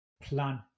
plan